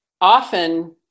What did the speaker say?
often